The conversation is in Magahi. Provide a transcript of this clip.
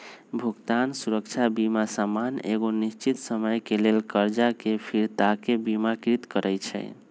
भुगतान सुरक्षा बीमा सामान्य एगो निश्चित समय के लेल करजा के फिरताके बिमाकृत करइ छइ